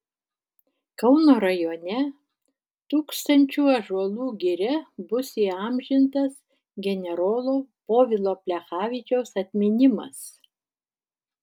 kauno rajone tūkstančių ąžuolų giria bus įamžintas generolo povilo plechavičiaus atminimas